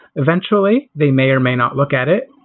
eventually, they may or may not look at it,